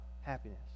happiness